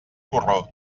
porró